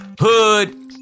hood